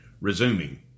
resuming